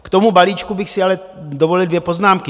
K tomu balíčku bych si ale dovolil dvě poznámky.